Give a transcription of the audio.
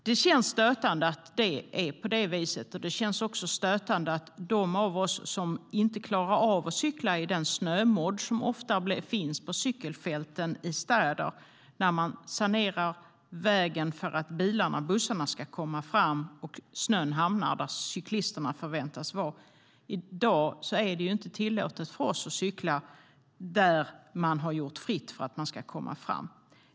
Det känns stötande att det är på det viset, och det känns också stötande att de av oss som inte klarar av att cykla i den snömodd som ofta finns på cykelfälten i städer - det är ju ofta där som snön hamnar när man snöröjer för att bilar och bussar ska komma fram - i dag inte får cykla där man har röjt snön.